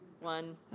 One